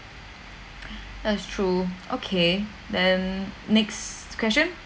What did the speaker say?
that's true okay then next question